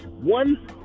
one